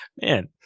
man